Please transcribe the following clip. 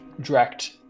direct